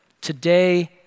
today